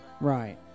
Right